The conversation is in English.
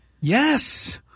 Yes